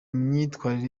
myitwarire